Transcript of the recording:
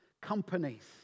Companies